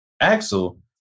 Axel